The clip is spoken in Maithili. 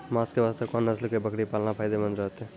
मांस के वास्ते कोंन नस्ल के बकरी पालना फायदे मंद रहतै?